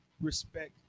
respect